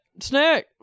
snack